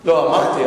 אמרתי,